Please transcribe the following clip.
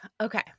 Okay